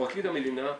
פרקליט המדינה,